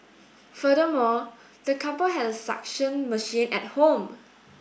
furthermore the couple had a suction machine at home